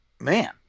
man